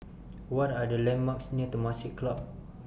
What Are The landmarks near Temasek Club